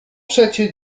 przecie